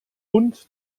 und